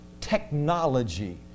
technology